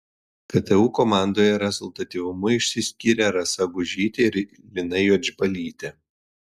ktu komandoje rezultatyvumu išsiskyrė rasa gužytė ir lina juodžbalytė